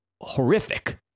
horrific